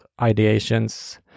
ideations